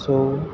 ਸੋ